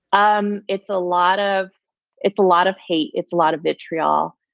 um it's a lot of it's a lot of hate. it's a lot of vitriol.